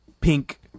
pink